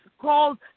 called